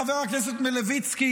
חבר הכנסת מלביצקי,